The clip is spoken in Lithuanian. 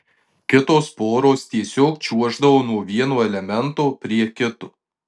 kitos poros tiesiog čiuoždavo nuo vieno elemento prie kito